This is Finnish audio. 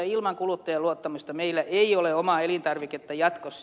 ilman kuluttajien luottamusta meillä ei ole omaa elintarviketta jatkossa